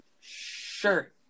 Sure